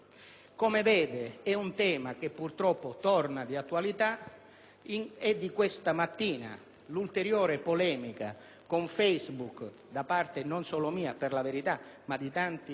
Come vede, è un tema che, purtroppo, torna di attualità (è di questa mattina l'ulteriore polemica con Facebook, per la verità non solo da parte mia, ma di tanti esponenti,